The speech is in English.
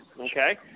okay